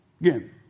Again